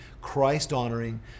Christ-honoring